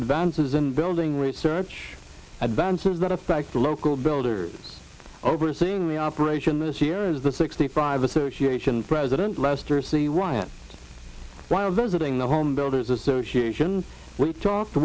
advances in building research advances that affect the local builders overseeing the operation this year is the sixty five association president lester c ryan while visiting the home builders association we talked